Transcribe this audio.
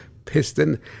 piston